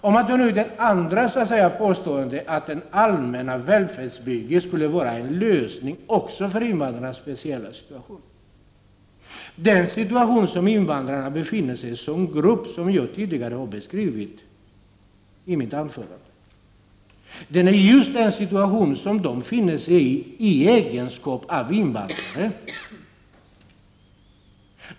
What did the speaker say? Den allmänna välfärdspolitiken skulle således enligt invandrarministern även bidra till att förbättra invandrarnas speciella situation. Invandrarna som grupp befinner sig i en mycket speciell situation — som jag har beskrivit tidigare i mitt anförande — på grund av att de är invandrare.